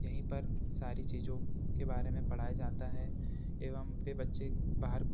यहीं पर सारी चीजों के बारे में पढ़ाया जाता है एवं वे बच्चे बाहर